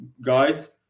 guys